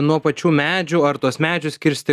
nuo pačių medžių ar tuos medžius kirsti